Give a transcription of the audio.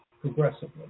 progressively